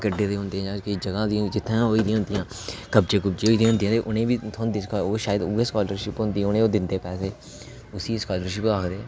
जित्थै दा कड्ढे दे होंदे जां जगह् दा जित्थै होई दियां होंदियां कब्जे कुब्जे होए दे होंदे ते उ'नेंगी बी थ्होंदे शायद ऐ स्कालरशिप होंदी उ'नें ओह् दिंदे पैसे उसी स्कालरशिप आखदे